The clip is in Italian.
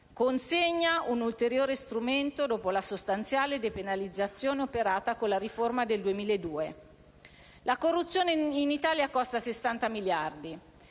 consegna un ulteriore strumento, dopo la sostanziale depenalizzazione operata con la riforma del 2002. La corruzione in Italia costa 60 miliardi,